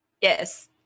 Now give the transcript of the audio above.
Yes